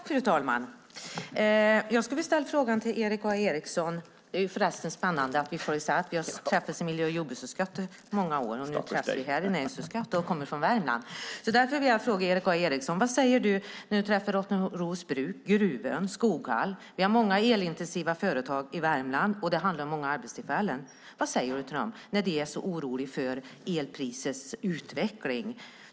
Fru talman! Jag har några frågor till Erik A Eriksson. Det är förresten spännande att vi har träffats i miljö och jordbruksutskottet i många år och nu träffas här i näringsutskottet och kommer från Värmland. Jag vill fråga Erik A Eriksson: Vad säger du när du träffar Rottneros bruk, Gruvöns bruk och Skoghalls bruk? Vi har många elintensiva företag i Värmland, och det handlar om många arbetstillfällen. Vad säger du till dem när de är så oroliga för utvecklingen av elpriset?